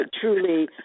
truly